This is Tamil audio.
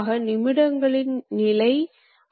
சுழற்சி உண்மையில் மிகவும் எளிது